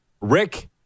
Rick